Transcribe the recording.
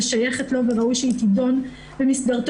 שייכת לו וראוי שהיא תידון במסגרתו,